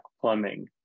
plumbing